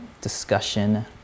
discussion